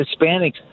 Hispanics